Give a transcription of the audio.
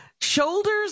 shoulders